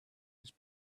his